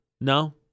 No